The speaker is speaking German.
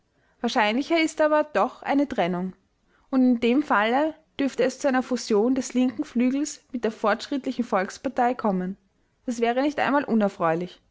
wahrscheinlicher ist aber doch eine trennung und in dem falle dürfte es zu einer fusion des linken flügels mit der fortschrittlichen volkspartei kommen das wäre nicht einmal unerfreulich